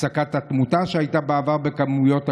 והפסקת התמותה, שהייתה בעבר בכמויות איומות,